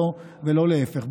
ולא להפך.